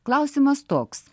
klausimas toks